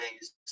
days